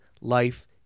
life